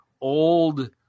old